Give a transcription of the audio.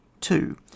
Two